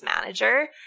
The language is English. manager